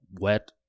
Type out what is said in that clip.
wet